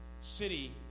city